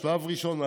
השלב הראשון,